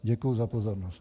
Děkuji za pozornost.